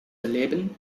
leben